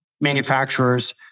manufacturers